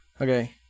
Okay